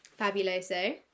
fabuloso